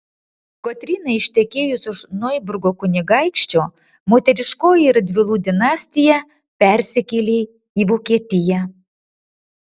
kotrynai ištekėjus už noiburgo kunigaikščio moteriškoji radvilų dinastija persikėlė į vokietiją